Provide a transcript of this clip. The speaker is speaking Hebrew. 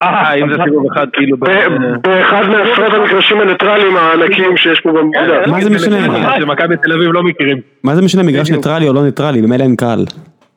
אה אם זה סיבוב אחד כאילו באחד מעשרות המגרשים הניטרליים הענקים שיש פה במדינה. מה זה משנה מגרש ניטרלי או לא ניטרלי במילא אין קהל